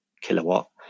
kilowatt